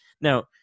Now